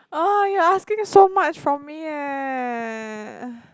!ugh! you're asking so much from me eh